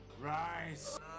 Rise